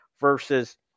versus